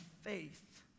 faith